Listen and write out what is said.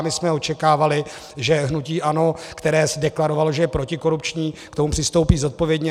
My jsme očekávali, že hnutí ANO, které si deklarovalo, že je protikorupční, k tomu přistoupí zodpovědně.